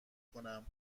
کنم